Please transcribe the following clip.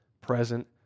present